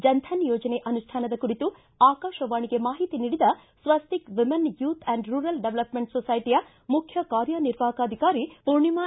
ಜನ್ ಧನ ಯೋಜನೆ ಅನುಷ್ಠಾನದ ಕುರಿತು ಆಕಾಶವಾಣಿಗೆ ಮಾಹಿತಿ ನೀಡಿದ Swastik woman youth and rural development ಸೊಸೈಟಿಯ ಮುಖ್ಯ ಕಾರ್ಯ ನಿರ್ವಾಹಕ ಅಧಿಕಾರಿ ಪೂರ್ಣಿಮಾ